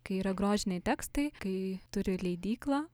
kai yra grožiniai tekstai kai turi leidyklą